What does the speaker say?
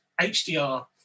HDR